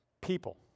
people